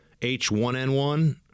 H1N1